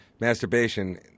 masturbation